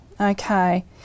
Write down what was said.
okay